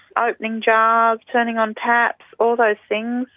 opening jars, turning on taps, all those things.